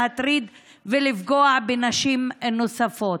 להטריד ולפגוע בנשים נוספות?